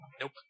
nope